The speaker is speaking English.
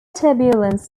turbulence